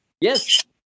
Yes